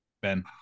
Ben